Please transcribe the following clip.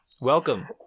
Welcome